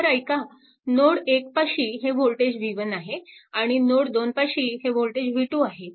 तर ऐका नोड 1 पाशी हे वोल्टेज v1 आहे आणि नोड 2 पाशी हे वोल्टेज v2 आहे